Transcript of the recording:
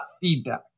feedback